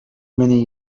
many